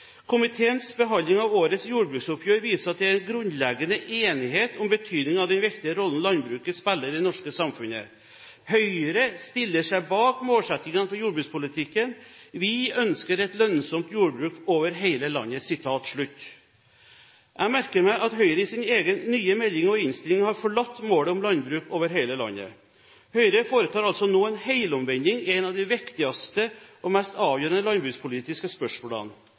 behandling av årets jordbruksoppgjør viser at det er en grunnleggende enighet om betydningen av den viktige rollen landbruket spiller i det norske samfunnet. Høyre stiller seg bak målsettingene for jordbrukspolitikken. Vi ønsker et lønnsomt jordbruk over hele landet.» Jeg merker meg at Høyre i sin egen nye melding og i innstillingen har forlatt målet om landbruk over hele landet. Høyre foretar altså nå en helomvending i et av de viktigste og mest avgjørende landbrukspolitiske spørsmålene.